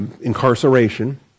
incarceration